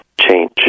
change